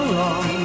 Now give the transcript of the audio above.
long